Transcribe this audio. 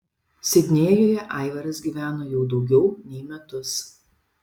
sidnėjuje aivaras gyvena jau daugiau nei metus